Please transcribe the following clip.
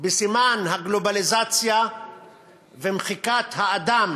בסימן הגלובליזציה ומחיקת האדם